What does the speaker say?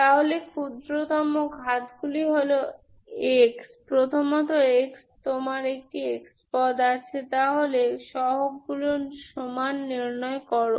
তাহলে ক্ষুদ্রতম ঘাত গুলি হল xপ্রথমত xতোমার একটি x পদ আছে তাহলে সহগ গুলি সমান নির্ণয় করো